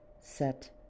set